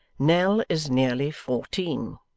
nell is nearly fourteen